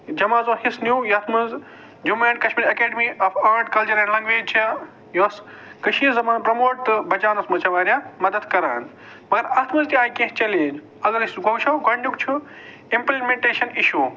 جمٲعتو حِصہٕ نِیٛوٗ یَتھ منٛز Jammu and Kashmir academy of art culture and language چھِ یۄس کٔشیٖر زَبان پرموٹ بَچاوںَس منٛز چھِ واریاہ مدتھ کَران مَگر اَتھ منٛز تہِ آیہِ کیٚنٛہہ چیلینج اَگر أسۍ وُچھو گۄڈٕنیُک چھُ اِمپُلمِنٹٮ۪شن اِشوٗ